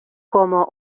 como